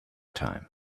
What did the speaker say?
time